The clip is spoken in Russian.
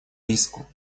риску